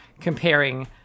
comparing